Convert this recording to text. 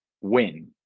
win